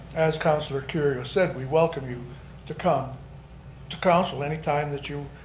as councilor kerrio said, we welcome you to come to council anytime that you